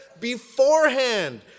beforehand